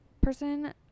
person